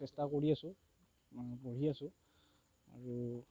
চেষ্টা কৰি আছোঁ পঢ়ি আছোঁ আৰু